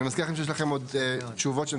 ואני מזכיר לכם שיש לכם עוד תשובות שאתם